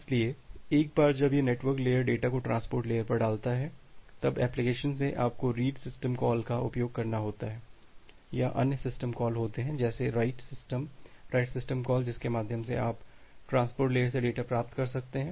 इसलिए एक बार जब यह नेटवर्क लेयर डेटा को ट्रांसपोर्ट लेयर पर डालता है तब एप्लिकेशन से आपको रीड सिस्टम कॉल का उपयोग करना होता है या अन्य सिस्टम कॉल होते हैं जैसे write system write system call जिसके माध्यम से आप ट्रांसपोर्ट लेयर से डेटा प्राप्त कर सकते हैं